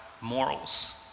morals